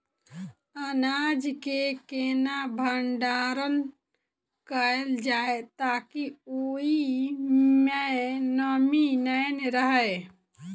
अनाज केँ केना भण्डारण कैल जाए ताकि ओई मै नमी नै रहै?